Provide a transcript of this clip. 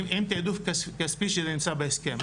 עם תיעדוף כספי שנמצא בהסכם.